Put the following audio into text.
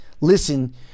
listen